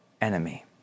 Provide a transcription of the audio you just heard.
enemy